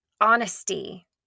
honesty